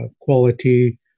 Quality